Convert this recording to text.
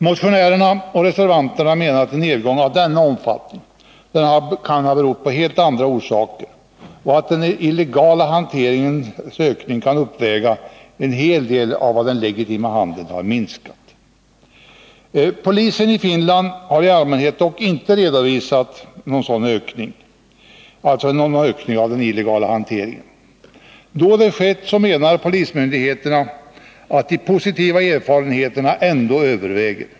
Motionärerna och reservanterna menar att en nedgång av denna omfattning kan ha haft helt andra orsaker och att den illegala hanteringens ökning kan ha uppvägt en del av den legitima handelns minskning. Polisen i Finland har i allmänhet dock inte redovisat någon sådan ökning av den illegala hanteringen. Då det skett menar polismyndigheterna att de positiva erfarenheterna ändå överväger.